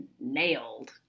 nailed